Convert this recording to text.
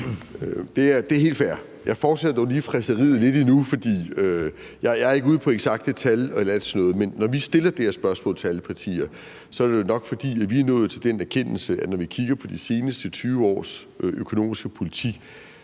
Det er helt fair. Jeg fortsætter dog lige fræseriet lidt endnu. Jeg er ikke ude efter eksakte tal eller alt sådan noget, men når vi stiller det her spørgsmål til alle partier, er det jo nok, fordi vi er nået til den erkendelse, at når vi kigger på de seneste 20 års økonomiske politik,